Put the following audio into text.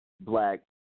black